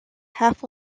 half